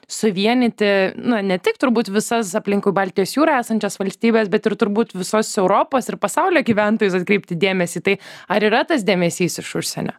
suvienyti na ne tik turbūt visas aplinkui baltijos jūrą esančias valstybes bet ir turbūt visos europos ir pasaulio gyventojus atkreipti dėmesį į tai ar yra tas dėmesys iš užsienio